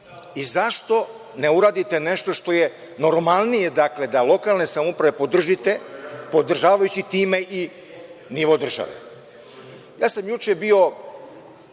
i zašto ne uradite nešto što je normalnije, da lokalne samouprave podržite, podržavajući time i nivo države. Juče sam bio